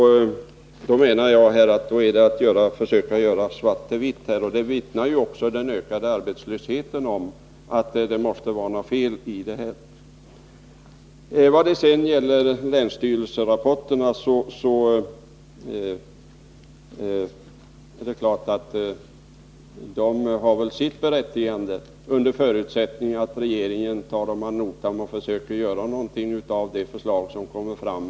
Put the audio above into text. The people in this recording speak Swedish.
Då menar jag att det handlar om att försöka göra svart till vitt. Den ökade arbetslösheten vittnar också om att det måste vara något fel. Vad det sedan gäller länsstyrelserapporterna vill jag säga att dessa självfallet har sitt berättigande, under förutsättning att regeringen tar dem ad notam och försöker göra någonting av de förslag som kommer fram.